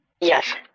Yes